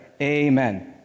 Amen